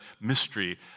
mystery